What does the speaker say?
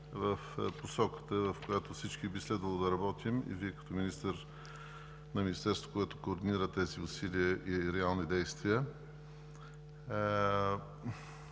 в посоката, в която всички би следвало да работим – и Вие като министър на Министерството, което координира тези усилия и реални действия.